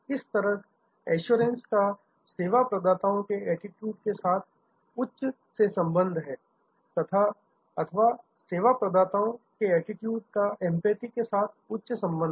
इसी तरह एश्योंरेंस का सेवा प्रदाताओं के एटीट्यूड के साथ उच्च से संबंध है अथवा सेवा प्रदाताओं के एटीट्यूड का एंपैथी के साथ उच्च से संबंध है